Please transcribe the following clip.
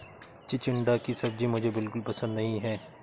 चिचिण्डा की सब्जी मुझे बिल्कुल पसंद नहीं है